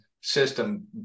system